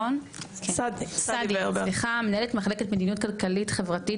מנהלת מחלקת מדיניות כלכלית-חברתית,